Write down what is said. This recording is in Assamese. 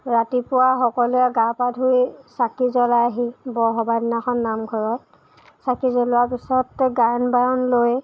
ৰাতিপুৱা সকলোৱে গা পা ধুই চাকি জ্বলাইহি বৰসবাহৰ দিনাখন নামঘৰত চাকি জ্বলোৱাৰ পিছত গায়ন বায়ন লৈ